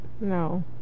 No